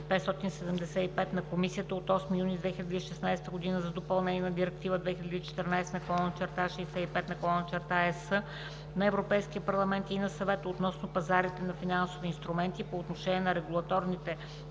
на Комисията от 8 юни 2016 година за допълнение на Директива 2014/65/ЕС на Европейския парламент и на Съвета относно пазарите на финансови инструменти по отношение на регулаторните